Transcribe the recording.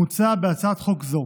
מוצע בהצעת חוק זו,